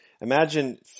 imagine